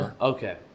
Okay